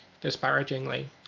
disparagingly